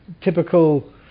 typical